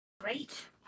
Great